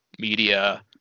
media